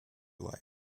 life